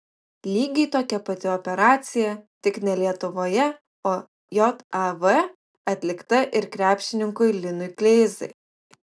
lygiai tokia pati operacija tik ne lietuvoje o jav atlikta ir krepšininkui linui kleizai